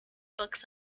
books